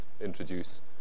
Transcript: introduce